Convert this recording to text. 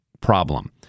problem